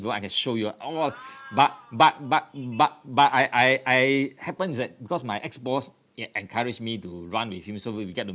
you know I can show you ah !wah! but but but but but I I I happens that because my ex boss he encouraged me to run with him so we we get to